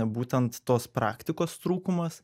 būtent tos praktikos trūkumas